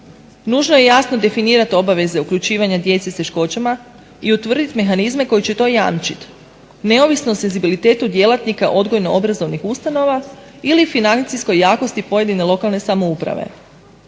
Nužno je jasno definirati obaveze uključivanja djece s teškoćama i utvrditi mehanizme koji će to jamčiti neovisno o senzibilitetu djelatnika odgojno-obrazovnih ustanova ili financijskoj jakosti pojedine lokalne samouprave.